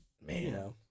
man